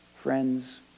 Friends